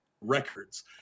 Records